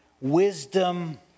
wisdom